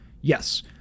Yes